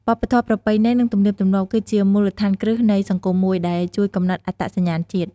វប្បធម៌ ប្រពៃណី និងទំនៀមទម្លាប់ គឺជាមូលដ្ឋានគ្រឹះនៃសង្គមមួយ ដែលជួយកំណត់អត្តសញ្ញាណជាតិ។